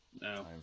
No